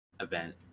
event